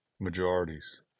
majorities